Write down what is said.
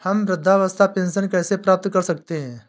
हम वृद्धावस्था पेंशन कैसे प्राप्त कर सकते हैं?